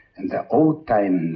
and the old time,